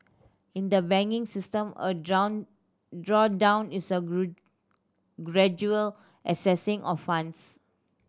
in the banking system a draw draw down is a gradual accessing of funds